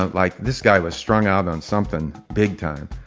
like this guy was strung out on something big time,